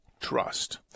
trust